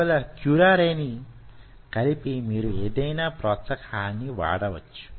అందువల్ల క్యురారె ను కలిపి మీరు ఏదైనా ప్రోత్సాహకాన్ని వాడవచ్చు